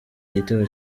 igitego